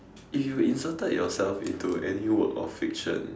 if you inserted yourself into any work of fiction